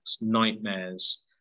nightmares